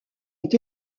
ont